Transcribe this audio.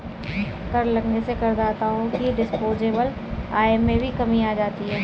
कर लगने से करदाताओं की डिस्पोजेबल आय में भी कमी आ जाती है